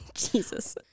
Jesus